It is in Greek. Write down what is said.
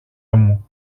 μου